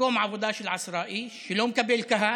מקום עבודה של עשרה אנשים שלא מקבל קהל,